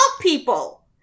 people